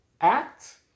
act